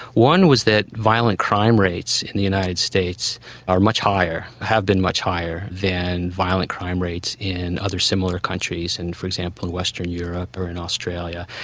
one was that violent crime rates in the united states are much higher, have been much higher than violent crime rates in other similar countries, than, and for example, in western europe or in australia.